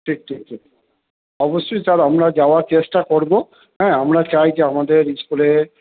ঠিক ঠিক ঠিক অবশ্যই স্যার আমরা যাওয়ার চেষ্টা করবো হ্যাঁ আমরা চাই যে আমাদের ইস্কুলে